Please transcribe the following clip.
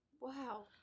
Wow